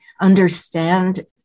understand